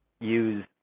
use